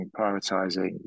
prioritizing